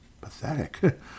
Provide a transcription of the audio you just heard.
pathetic